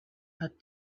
had